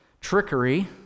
Trickery